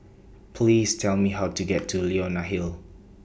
Please Tell Me How to get to Leonie Hill